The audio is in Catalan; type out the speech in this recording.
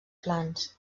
plans